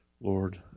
Lord